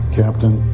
captain